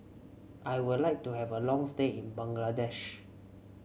I would like to have a long stay in Bangladesh